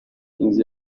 inzu